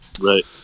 Right